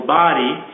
body